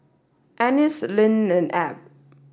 Annis Linn and Abb